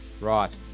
Right